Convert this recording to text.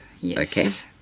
yes